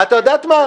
את יודעת מה?